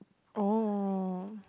oh